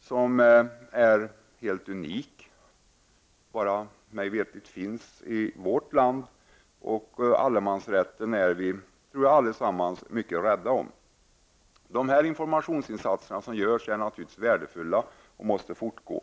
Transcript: som är helt unik för Sverige. Meg veterligen finns den rätten bara i vårt land. Jag tror också att vi alla är mycket rädda om den. De informationsinsatser som görs är naturligtvis värdefulla och måste fortgå.